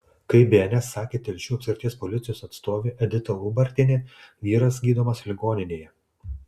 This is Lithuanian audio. kaip bns sakė telšių apskrities policijos atstovė edita ubartienė vyras gydomas ligoninėje